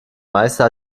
meister